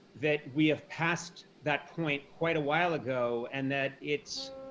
that we have past that point quite a while ago and that it's,